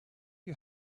you